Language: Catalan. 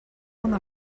una